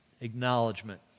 Acknowledgement